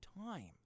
time